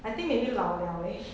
I think maybe 老了 leh